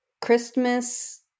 Christmas